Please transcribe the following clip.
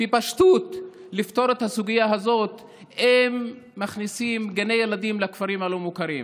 בפשטות לפתור את הסוגיה הזאת אם מכניסים גני ילדים לכפרים הלא-מוכרים,